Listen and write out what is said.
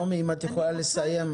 נעמי, אם את יכולה לסיים.